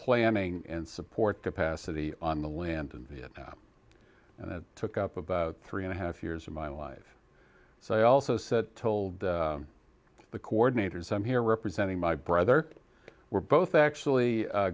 planning and support capacity on the land in vietnam and it took up about three and a half years of my life so i also said told the coordinators i'm here representing my brother we're both actually